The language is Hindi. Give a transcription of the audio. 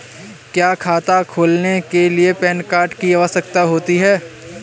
क्या खाता खोलने के लिए पैन कार्ड की आवश्यकता होती है?